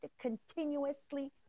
continuously